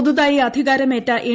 പുതുതായി അധികാരമേറ്റ എൻ